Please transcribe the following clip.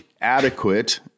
adequate